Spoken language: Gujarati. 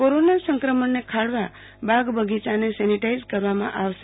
કોરોના સંક્રમણને ખાળવા બાગબગીયાને સેનીટાઈઝ કરવામાં આવશે